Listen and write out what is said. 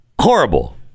Horrible